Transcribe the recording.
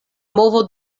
movo